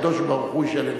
הקדוש-ברוך-הוא ישלם שכרם.